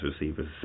receivers